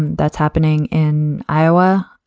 that's happening in iowa.